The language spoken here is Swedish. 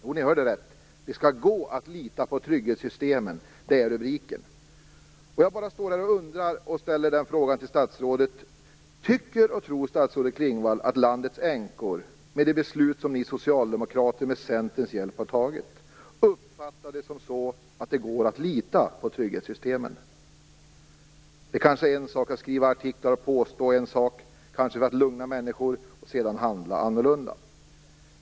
Jo, ni hörde rätt: "Det ska gå att lita på trygghetssystemen". Det är rubriken. Jag ställer frågan till statsrådet: Tycker och tror statsrådet Klingvall att landets änkor, med det beslut som ni socialdemokrater med Centerns hjälp har fattat, uppfattar att det går att lita på trygghetssystemen? Det är en sak att skriva artiklar och påstå en sak, kanske för att lugna människor. Sedan handlar man annorlunda.